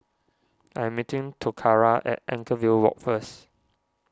I am meeting Toccara at Anchorvale Walk first